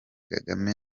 kagame